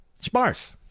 Sparse